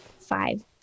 five